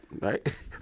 right